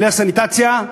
כלי הסניטציה,